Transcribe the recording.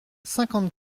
cinquante